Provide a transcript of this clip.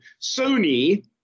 Sony